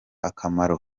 akamaro